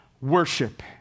worship